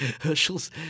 Herschel's